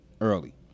early